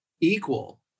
equal